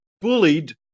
bullied